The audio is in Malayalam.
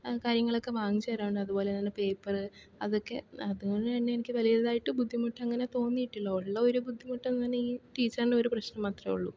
കാര്യങ്ങളൊക്കെ വാങ്ങിച്ച് തരാറുണ്ട് അതുപോലെ തന്നെ ഉള്ള പേപ്പറ് അതൊക്കെ അതുപോലെ തന്നെ എനിക്ക് വലിയതായിട്ട് ബുദ്ധിമുട്ടങ്ങനെ തോന്നിയിട്ടില്ല ഉള്ള ഒരു ബുദ്ധിമുട്ടെന്ന് പറഞ്ഞാൽ ഈ ടീച്ചർന്റൊരു പ്രശ്നം മാത്രമേ ഉള്ളു